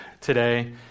today